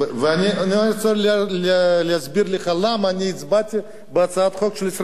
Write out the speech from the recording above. אני רוצה להסביר לך למה אני הצבעתי בעד הצעת החוק של ישראל ביתנו.